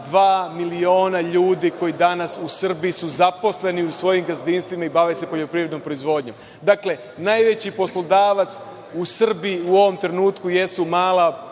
miliona ljudi koji danas u Srbiji su zaposleni u svojim gazdinstvima i bave se poljoprivrednom proizvodnjom. Dakle, najveći poslodavac u Srbiji u ovom trenutku jesu mala